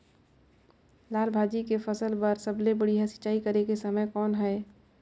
लाल भाजी के फसल बर सबले बढ़िया सिंचाई करे के समय कौन हे?